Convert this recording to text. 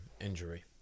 injury